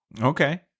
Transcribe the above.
okay